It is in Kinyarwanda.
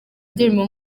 ndirimbo